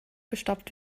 gestoppt